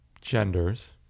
genders